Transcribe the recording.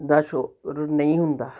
ਦਾ ਸ਼ੌਰ ਨਹੀਂ ਹੁੰਦਾ